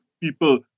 people